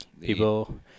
People